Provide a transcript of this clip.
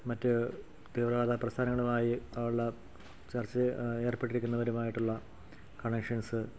മറ്റ് തീവ്രവാദ പ്രസ്ഥാനങ്ങളുമായി ഉള്ള ചർച്ച ഏർപ്പെട്ടിരിക്കുന്നവരുമായിട്ടുള്ള കണക്ഷൻസ്